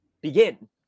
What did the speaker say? begin